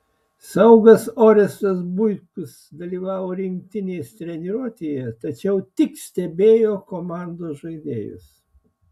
saugas orestas buitkus dalyvavo rinktinės treniruotėje tačiau tik stebėjo komandos žaidėjus